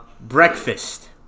Breakfast